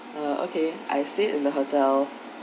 err okay I stay in the hotel